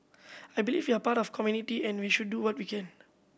I believe we are part of community and we should do what we can